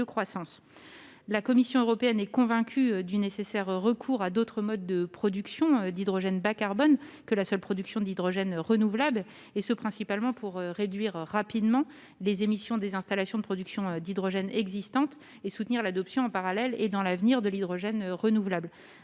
La Commission européenne est convaincue qu'il est nécessaire de recourir à d'autres modes de production d'hydrogène bas carbone que la seule production d'hydrogène renouvelable, et ce principalement pour réduire rapidement les émissions des installations de production d'hydrogène existantes, et de soutenir l'adoption, en parallèle, et dans l'avenir, de l'hydrogène renouvelable.